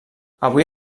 avui